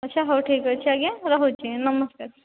ଆଚ୍ଛା ହଉ ଠିକ୍ ଅଛି ଆଜ୍ଞା ରହୁଛି ନମସ୍କାର